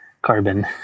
carbon